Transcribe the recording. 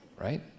right